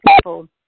people